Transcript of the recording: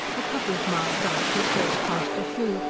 a couple of miles out his horse cast a shoe,